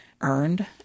earned